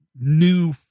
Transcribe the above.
new